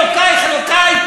אלוקייך אלוקי",